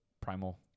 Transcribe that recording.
primal